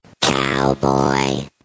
Cowboy